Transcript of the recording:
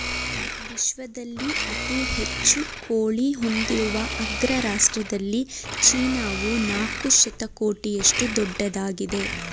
ವಿಶ್ವದಲ್ಲಿ ಅತಿ ಹೆಚ್ಚು ಕೋಳಿ ಹೊಂದಿರುವ ಅಗ್ರ ರಾಷ್ಟ್ರದಲ್ಲಿ ಚೀನಾವು ನಾಲ್ಕು ಶತಕೋಟಿಯಷ್ಟು ದೊಡ್ಡದಾಗಿದೆ